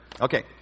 Okay